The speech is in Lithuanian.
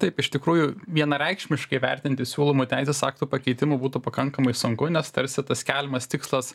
taip iš tikrųjų vienareikšmiškai vertinti siūlomų teisės aktų pakeitimų būtų pakankamai sunku nes tarsi tas keliamas tikslas